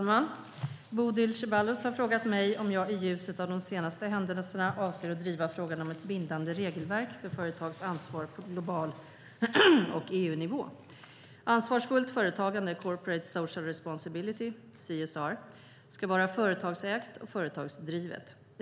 Fru talman! Bodil Ceballos har frågat mig om jag i ljuset av de senaste händelserna avser att driva frågan om ett bindande regelverk för företags ansvar på global nivå och EU-nivå. Ansvarsfullt företagande ska vara företagsägt och företagsdrivet.